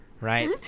right